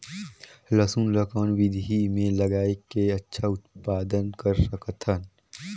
लसुन ल कौन विधि मे लगाय के अच्छा उत्पादन कर सकत हन?